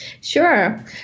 Sure